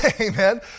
Amen